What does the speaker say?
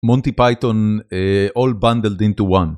מונטי פייתון, All bundled into one